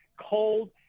cold